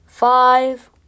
Five